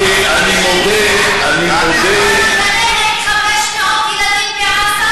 אתה מגנה נגד 500 ילדים בעזה?